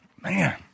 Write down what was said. Man